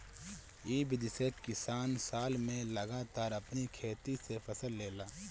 इ विधि से किसान साल में लगातार अपनी खेते से फसल लेला